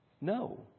No